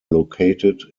located